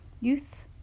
youth